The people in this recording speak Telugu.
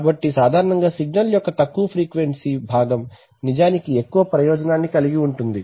కాబట్టి సాధారణంగా సిగ్నల్ యొక్క తక్కువ ఫ్రీక్వెన్సీ భాగం నిజానికి ఎక్కువ ఉపయోగం కలిగి ఉంటుంది